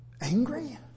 angry